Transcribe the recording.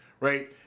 right